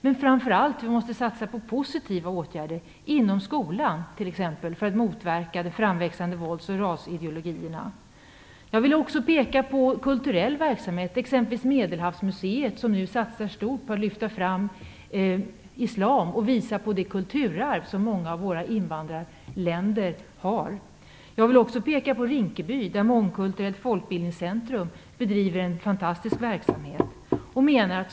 Men framför allt måste vi satsa på positiva åtgärder, inom skolan t.ex., för att motverka de framväxande vålds och rasideologierna. Jag vill också peka på kulturell verksamhet. Medelhavsmuseet exempelvis satsar nu stort på att lyfta fram islam och visa på det kulturarv som många av de länder som våra invandrare kommer ifrån har. Jag vill också peka på Rinkeby, där Mångkulturellt folkbildningscentrum bedriver en fantastisk verksamhet.